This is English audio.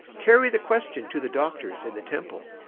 carry the question to the doctors in the temple,